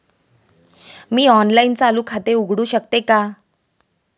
मी online चालू खाते उघडू शकते का?